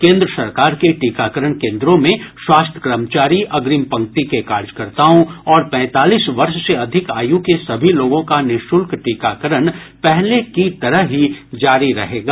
केंद्र सरकार के टीकाकरण केंद्रों में स्वास्थ्य कर्मचारी अग्रिम पंक्ति के कार्यकर्ताओं और पैंतालीस वर्ष से अधिक आयु के सभी लोगों का निःशुल्क टीकाकरण पहले की तरह ही जारी रहेगा